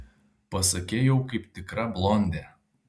pasakei jau kaip tikra blondė